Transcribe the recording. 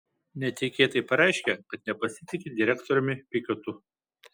netikėtai pareiškė kad nepasitiki direktoriumi pikiotu